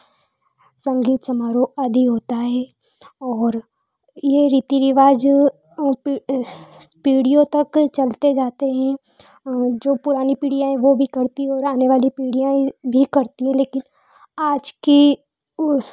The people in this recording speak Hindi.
संगीत समारोह आदि होता है और यह रीति रिवाज पीढ़ियों तक चलते जाते हैं और जो पुरानी पीढ़ियाँ हैं वे भी करती और आने वाली पीढ़ियाँ ही भी करती है लेकिन आज की ऊ